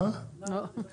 לא.